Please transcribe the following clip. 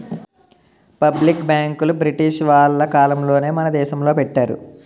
public బ్యాంకులు British వాళ్ళ కాలంలోనే మన దేశంలో పెట్టారు